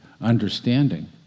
understanding